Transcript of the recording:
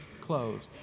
closed